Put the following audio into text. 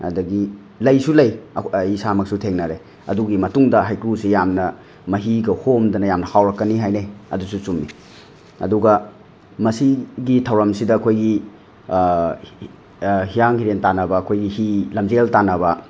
ꯑꯗꯒꯤ ꯂꯩꯁꯨ ꯂꯩ ꯑꯩ ꯏꯁꯥꯃꯛꯁꯨ ꯊꯦꯡꯅꯔꯦ ꯑꯗꯨꯒꯤ ꯃꯇꯨꯡꯗ ꯍꯩꯀ꯭ꯔꯨꯁꯤ ꯌꯥꯝꯅ ꯃꯍꯤꯒ ꯍꯣꯝꯗꯅ ꯌꯥꯝꯅ ꯍꯥꯎꯔꯛꯀꯅꯤ ꯍꯥꯏꯅꯩ ꯑꯗꯨꯁꯨ ꯆꯨꯝꯃꯤ ꯑꯗꯨꯒ ꯃꯁꯤꯒꯤ ꯊꯧꯔꯝꯁꯤꯗ ꯑꯩꯈꯣꯏꯒꯤ ꯍꯤꯌꯥꯡ ꯍꯤꯔꯦꯟ ꯇꯥꯟꯅꯕ ꯑꯩꯈꯣꯏꯒꯤ ꯍꯤ ꯂꯝꯖꯦꯜ ꯇꯥꯟꯅꯕ